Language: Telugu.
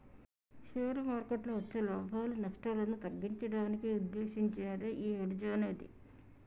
షేర్ మార్కెట్టులో వచ్చే లాభాలు, నష్టాలను తగ్గించడానికి వుద్దేశించినదే యీ హెడ్జ్ అనేది